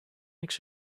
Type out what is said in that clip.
makes